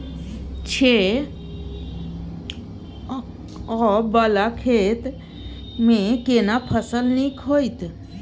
छै ॉंव वाला खेत में केना फसल नीक होयत?